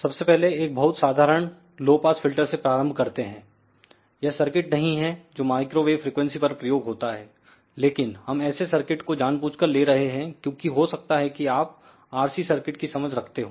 सबसे पहले एकबहुत साधारण लो पास फिल्टर से प्रारंभ करते हैंयह सर्किट नहीं है जो माइक्रोवेव फ्रिकवेंसी पर प्रयोग होता है लेकिन हम ऐसे सर्किट को जानबूझकर ले रहे हैं क्योंकि हो सकता है कि आप RC सर्किट की समझ रखते हो